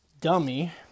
Dummy